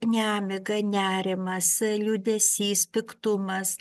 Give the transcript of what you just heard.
nemiga nerimas liūdesys piktumas